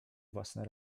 własne